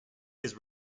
his